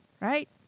Right